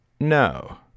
No